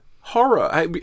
horror